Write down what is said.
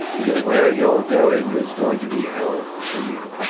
he goes, where you're going is going to be hell for you.